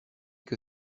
que